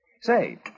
Say